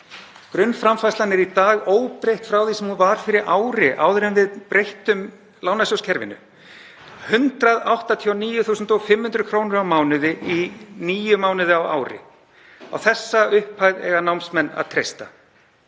Grunnframfærslan er í dag óbreytt frá því sem hún var fyrir ári, áður en við breyttum lánasjóðskerfinu, 189.500 kr. á mánuði í níu mánuði á ári. Á þessa upphæð eiga námsmenn að treysta.